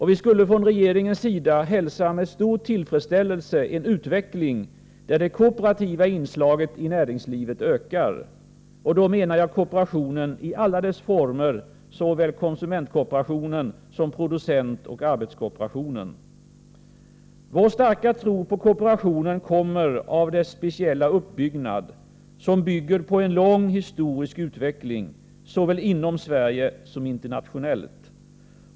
Vi skulle från regeringens sida hälsa med stor tillfredsställelse en utveckling där det kooperativa inslaget i näringslivet ökar. Jag avser då kooperationen i alla dess former, såväl konsumentkooperationen som producentoch arbetskooperationen. Vår starka tro på kooperationen kommer av dess speciella uppbyggnad, som bygger på en lång historisk utveckling, såväl inom Sverige som internationellt.